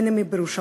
אם הם בירושלים,